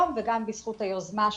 וזה מסונכרן עם החינוך?